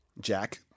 jack